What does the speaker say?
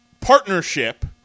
partnership